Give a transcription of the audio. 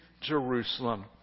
Jerusalem